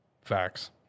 Facts